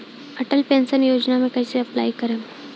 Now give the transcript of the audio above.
Atal pension Yojana मे कैसे apply करेम?